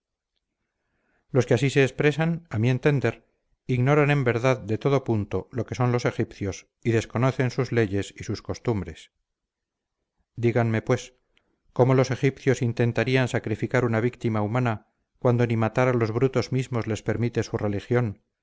los que así se expresan a mi entender ignoran en verdad de todo punto lo que son los egipcios y desconocen sus leyes y sus costumbres díganme pues cómo los egipcios intentarían sacrificar una víctima humana cuando ni matar a los brutos mismos les permite su religión